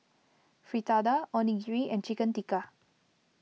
Fritada Onigiri and Chicken Tikka